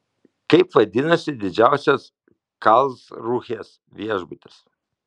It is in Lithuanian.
kaip vadinasi didžiausias karlsrūhės viešbutis